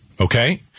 Okay